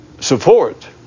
Support